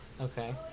Okay